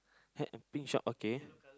hat and pink short okay